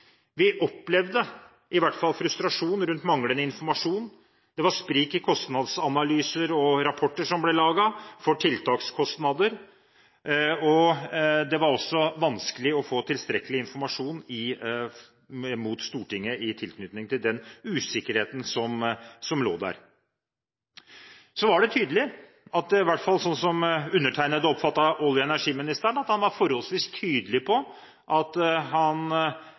Vi opplevde frustrasjon rundt manglende informasjon, det var sprik i kostnadsanalyser og rapporter som ble laget for tiltakskostnader, og det var også vanskelig å få tilstrekkelig informasjon inn mot Stortinget i tilknytning til den usikkerheten som lå der. Så var det forholdsvis tydelig at olje- og energiministeren, i hvert fall slik som undertegnede oppfattet det, egentlig argumenterte imot en områdeløsning, samtidig som en klar opposisjon, som utgjorde et bredt flertall, var